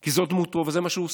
כי זאת דמותו וזה מה שהוא עושה.